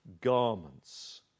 garments